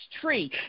tree